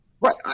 Right